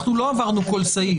אנחנו לא עברנו על כל סעיף.